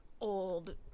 old